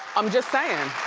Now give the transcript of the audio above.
i'm just sayin'.